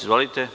Izvolite.